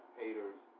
haters